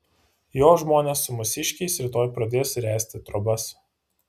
jo žmonės su mūsiškiais rytoj pradės ręsti trobas